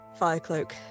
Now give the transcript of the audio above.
Firecloak